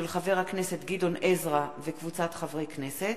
של חבר הכנסת גדעון עזרא וקבוצת חברי הכנסת,